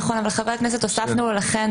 נכון, אבל חבר הכנסת, הוספנו לכן